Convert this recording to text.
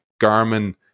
Garmin